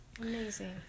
Amazing